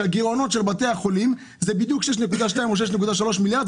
שהגירעונות של בתי החולים זה בדיוק 6.2 או 6.3 מיליארד,